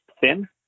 thin